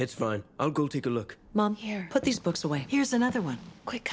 it's fun oh go take a look mom here put these books away here's another one